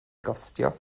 gostio